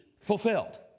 fulfilled